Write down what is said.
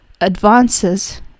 advances